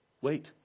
Wait